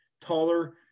taller